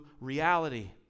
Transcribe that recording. reality